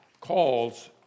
calls